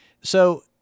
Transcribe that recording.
so-